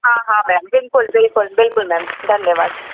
हाँ हाँ मैम बिल्कुल बिल्कुल बिल्कुल मैम धन्यवाद